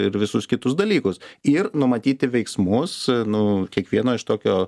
ir visus kitus dalykus ir numatyti veiksmus nu kiekvieno iš tokio